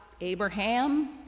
Abraham